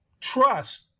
trust